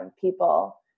people